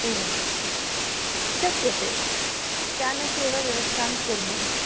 एवं शक्यते यानस्यैव व्यवस्थां कुर्मः